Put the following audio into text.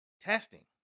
testing